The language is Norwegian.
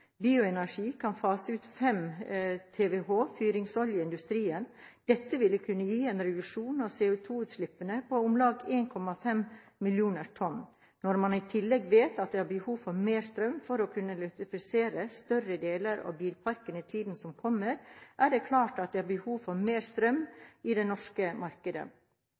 Bioenergi kan fase ut 5 TWh fyringsolje i industrien. Dette vil kunne gi en reduksjon i CO2-utslippene på om lag 1,5 mill. tonn. Når man i tillegg vet at det er behov for mer strøm for å kunne elektrifisere større deler av bilparken i tiden som kommer, er det klart at det er behov for mer strøm i det norske markedet.